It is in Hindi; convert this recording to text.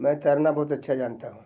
मैं तैरना बहुत अच्छा जानता हूँ